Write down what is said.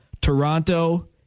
Toronto